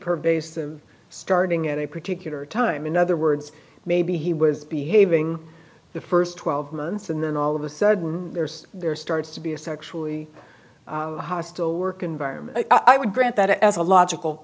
pervasive starting at a particular time in other words maybe he was behaving the first twelve months and then all of a sudden there's there starts to be a sexually hostile work environment i would grant that as a logical